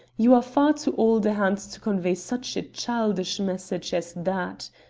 you are far too old a hand to convey such a childish message as that.